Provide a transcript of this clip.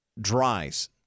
dries